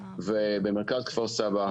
במרכז כפר סבא.